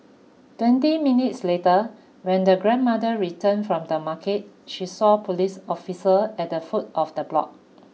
twenty minutes later when the grandmother returned from the market she saw police officer at the foot of the block